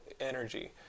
energy